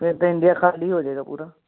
ਫਿਰ ਤਾਂ ਇੰਡੀਆ ਖਾਲੀ ਹੋ ਜੇਗਾ ਪੂਰਾ